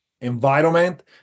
environment